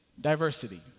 diversity